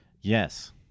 yes